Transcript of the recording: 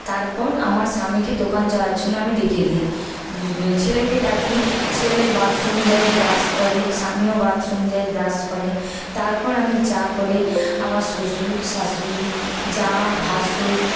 তারপর আমার স্বামীকে দোকান যাওয়ার জন্য আমি ডেকে দিই ছেলেকে ডাকি ছেলে বাথরুম যায় ব্রাশ করে স্বামীও বাথরুম যায় ব্রাশ করে তারপরে আমি চা করে আমার শ্বশুর শাশুড়ি জা ভাসুর